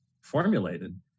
formulated